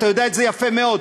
אתה יודע את זה יפה מאוד,